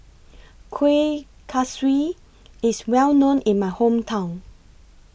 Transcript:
Kuih Kaswi IS Well known in My Hometown